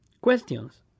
Questions